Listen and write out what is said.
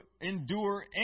endure